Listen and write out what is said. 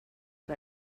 but